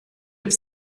have